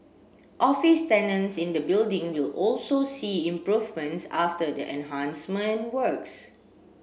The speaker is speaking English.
office tenants in the building will also see improvements after the enhancement works